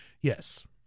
Yes